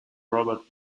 robert